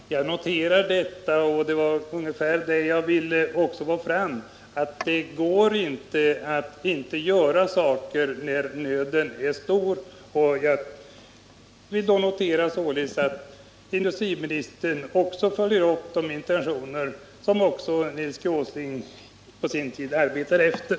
Herr talman! Jag noterar vad industriministern sagt, och det var i stort sett vad jag ville få bekräftat, nämligen att det inte går att vara passiv när nöden är stor. Jag konstaterar således att även industriministern följer upp de intentioner som Nils G. Åsling på sin tid arbetade efter.